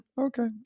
Okay